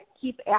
keep